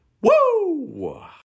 Woo